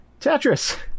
Tetris